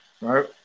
right